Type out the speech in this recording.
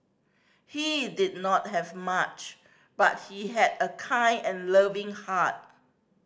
he did not have much but he had a kind and loving heart